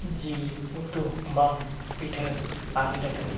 ᱡᱤᱞ ᱩᱛᱩ ᱵᱟᱝ ᱯᱤᱴᱷᱟᱹ ᱟᱨ ᱞᱮᱴᱚ